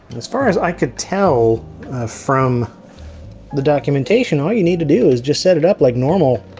as far as i could tell from the documentation, all you need to do is just set it up like normal.